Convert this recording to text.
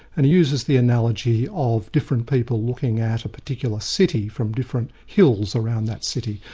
and he uses the analogy of different people looking at a particular city from different hills around that city.